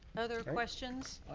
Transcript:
other questions?